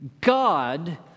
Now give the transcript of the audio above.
God